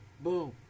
Boom